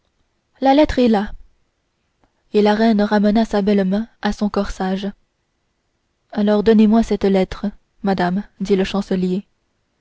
la lettre est là et la reine ramena sa belle main à son corsage alors donnez-moi cette lettre madame dit le chancelier